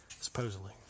supposedly